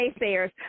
naysayers